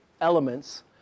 elements